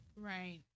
right